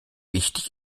wichtig